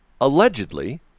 Allegedly